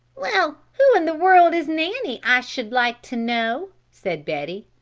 well, who in the world is nanny? i should like to know, said betty.